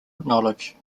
knowledge